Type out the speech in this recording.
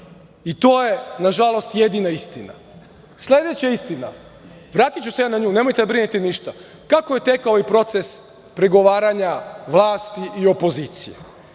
i to je nažalost jedina istina. Sledeća istina, vratiću se ja na nju, nemojte da brinete ništa, kako je tekao ovaj proces prigovaranja vlasti i opozicije?